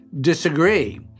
disagree